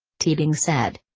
teabing said.